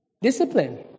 Discipline